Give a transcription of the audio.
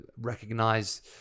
recognize